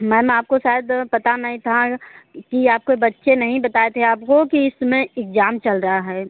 ma'am आपको शायद पता नहीं था कि आपके बच्चे नहीं बताए थे आपको कि इस समय इग्जाम चल रहा है